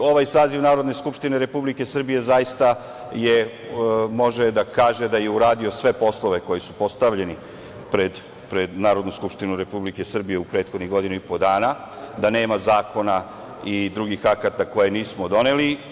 Ovaj saziv Narodne skupštine Republike Srbije, zaista može da kaže da je uradio sve poslove koji su postavljeni pred Narodnu skupštinu Republike Srbije u prethodnih godinu i po dana, da nema zakona i drugih akata koje nismo doneli.